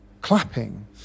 clapping